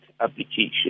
application